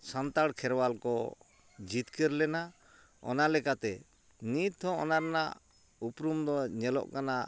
ᱥᱟᱱᱛᱟᱲ ᱠᱷᱮᱨᱣᱟᱞ ᱠᱚ ᱡᱤᱛᱠᱟᱹᱨ ᱞᱮᱱᱟ ᱚᱱᱟ ᱞᱮᱠᱟᱛᱮ ᱱᱤᱛ ᱦᱚᱸ ᱚᱱᱟᱨᱮᱱᱟᱜ ᱩᱯᱨᱩᱢ ᱫᱚ ᱧᱮᱞᱚᱜ ᱠᱟᱱᱟ